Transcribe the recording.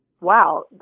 Wow